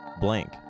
blank